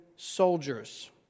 soldiers